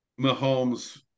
Mahomes